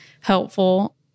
helpful